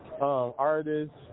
artists